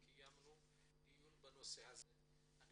קיימנו דיון בנושא הזה במשך שעתיים וחצי,